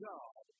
God